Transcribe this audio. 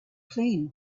clean